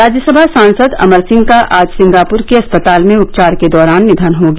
राज्यसभा सांसद अमर सिंह का आज सिंगापुर के अस्पताल में उपचार के दौरान निधन हो गया